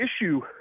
issue